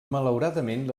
malauradament